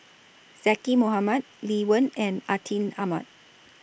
Zaqy Mohamad Lee Wen and Atin Amat